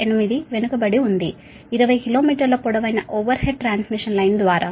8 వెనుకబడి ఉంది 20 కిలోమీటర్ల పొడవైన ఓవర్ హెడ్ ట్రాన్స్మిషన్ లైన్ ద్వారా